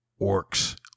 orcs